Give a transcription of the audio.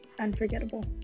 unforgettable